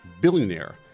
billionaire